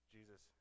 Jesus